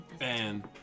And-